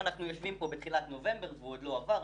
אנחנו יושבים פה בתחילת נובמבר והוא עוד לא עבר.